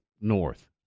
north